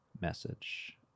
message